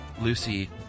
Lucy